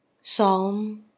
Psalm